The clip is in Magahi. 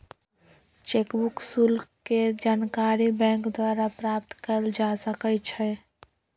चेक बुक शुल्क के जानकारी बैंक द्वारा प्राप्त कयल जा सकइ छइ